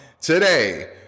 today